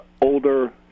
older